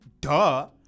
Duh